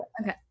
okay